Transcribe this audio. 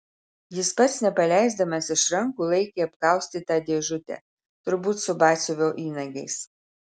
jis pats nepaleisdamas iš rankų laikė apkaustytą dėžutę turbūt su batsiuvio įnagiais